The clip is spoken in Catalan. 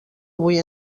avui